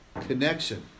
connection